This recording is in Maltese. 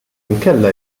inkella